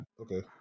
Okay